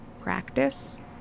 practice